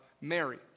Mary